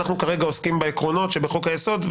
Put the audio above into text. אנחנו כרגע עוסקים בעקרונות שבחוק היסוד,